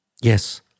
Yes